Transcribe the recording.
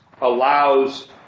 allows